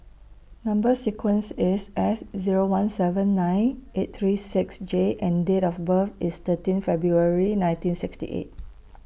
Number sequence IS S Zero one seven nine eight three six J and Date of birth IS thirteen February nineteen sixty eight